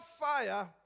fire